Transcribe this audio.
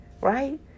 Right